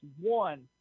one